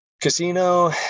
casino